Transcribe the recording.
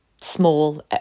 small